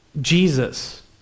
Jesus